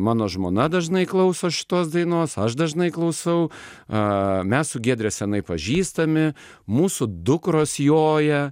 mano žmona dažnai klauso šitos dainos aš dažnai klausau a mes su giedre seniai pažįstami mūsų dukros joja